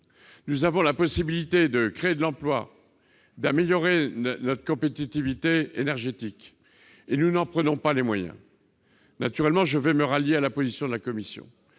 Nous avons la possibilité de créer de l'emploi et d'améliorer notre compétitivité énergétique. Or nous ne nous en donnons pas les moyens. Je vais naturellement me rallier à la position de la commission,